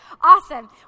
Awesome